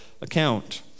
account